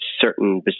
certain